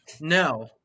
No